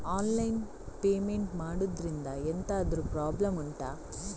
online payment ಮಾಡುದ್ರಿಂದ ಎಂತಾದ್ರೂ problem ಉಂಟಾ